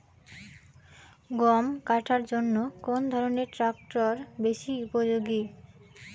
গম কাটার জন্য কোন ধরণের ট্রাক্টর বেশি উপযোগী?